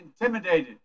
intimidated